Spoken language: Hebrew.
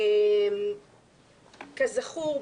כזכור,